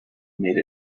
made